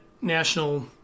national